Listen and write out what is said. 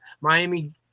Miami